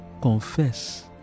confess